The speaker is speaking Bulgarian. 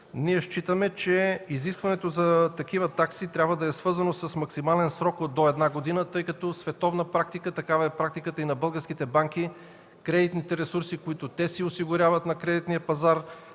Ние считаме, че изискването за такива такси трябва да е свързано с максимален срок до една година, тъй като е световна практика. Такава е практиката и на българските банки – кредитните ресурси, които те си осигуряват на кредитния пазар,